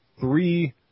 three